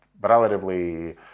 relatively